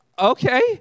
okay